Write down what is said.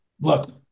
look